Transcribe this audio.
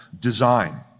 design